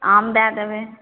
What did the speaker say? आम दय देबै